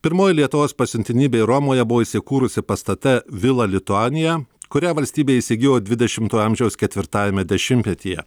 pirmoji lietuvos pasiuntinybė romoje buvo įsikūrusi pastate vila lituanija kurią valstybė įsigijo dvidešimtojo amžiaus ketvirtajame dešimtmetyje